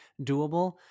doable